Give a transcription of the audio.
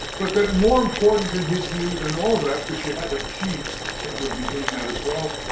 but then more important in his view than all of that, because you had the machines that would be doing that as well,